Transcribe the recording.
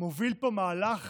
מוביל פה מהלך